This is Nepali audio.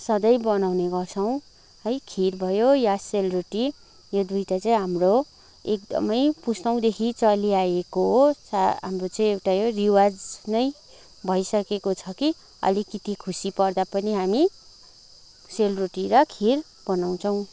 सधैँ बनाउने गर्छौँ है खिर भयो या सेलरोटी यो दुईटा चाहिँ हाम्रो एकदमै पुस्तौँदेखि चलिआएको हो हाम्रो चाहिँ एउटा यो रिवाज नै भइसकेको छ कि अलिकिति खुसी पर्दा पनि हामी सेलरोटी र खिर बनाउँछौँ